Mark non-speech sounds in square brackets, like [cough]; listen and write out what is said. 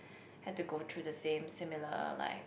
[breath] had to go through the same similar like